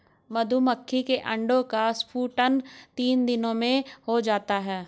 मधुमक्खी के अंडे का स्फुटन तीन दिनों में हो जाता है